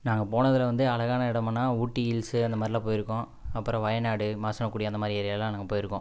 நாங்கள் போனதில் வந்து அழகான இடமுன்னா ஊட்டி ஹில்ஸு அந்த மாதிரில்லாம் போயிருக்கோம் அப்புறம் வயநாடு மசனக்குடி அந்த மாதிரி ஏரியாவெல்லாம் நாங்கள் போயிருக்கோம்